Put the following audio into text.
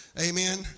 amen